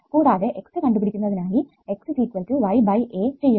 കൂടാതെ x കണ്ടുപിടിക്കുന്നതിനായി x y a ചെയ്യുക